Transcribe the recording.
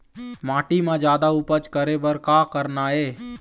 माटी म जादा उपज करे बर का करना ये?